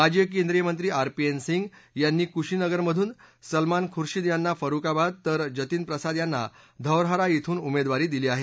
माजी केंद्रीय मंत्री आर पी एन सिंह यांनी कुशीनगरमधून सलमान खुर्शीद यांना फरूर्खाबाद तर जतीन प्रसाद यांना धौरहरा ड्रून उमेदवारी दिली आहे